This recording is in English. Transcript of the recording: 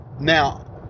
Now